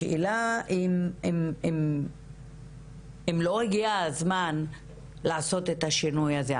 השאלה אם לא הגיע הזמן לעשות את השינוי הזה.